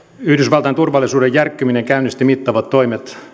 yhdysvaltain turvallisuuden järkkyminen käynnisti mittavat toimet